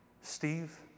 Steve